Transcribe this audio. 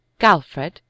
Galfred